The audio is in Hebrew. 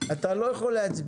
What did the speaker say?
שלמה קרעי, אתה לא יכול להצביע.